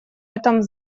этом